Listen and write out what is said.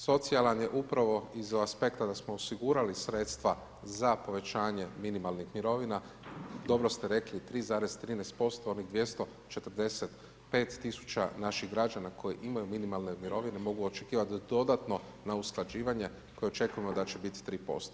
Socijalan je upravo iz aspekta da smo osigurali sredstva za povećanje minimalnih mirovina i dobro ste rekli, 3,13% onih 245 tisuća naših građana koji imaju minimalne mirovine, mogu očekivati dodatno na usklađivanje koje očekujemo da će biti 3%